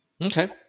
Okay